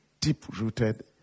deep-rooted